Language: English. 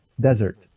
desert